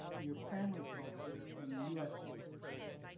your family's culture and the u s. culture, right.